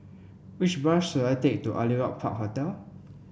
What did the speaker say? which bus should I take to Aliwal Park Hotel